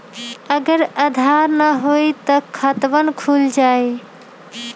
अगर आधार न होई त खातवन खुल जाई?